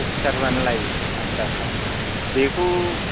अफिसारआनो लायै आदथसा आथसा बेखौ